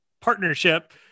partnership